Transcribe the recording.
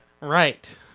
Right